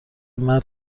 مرد